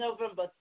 November